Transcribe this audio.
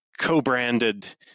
co-branded